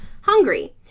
hungry